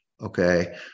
Okay